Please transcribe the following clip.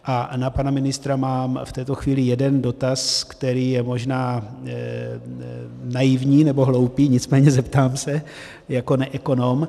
A na pana ministra mám v této chvíli jeden dotaz, který je možná naivní nebo hloupý, nicméně zeptám se jako neekonom.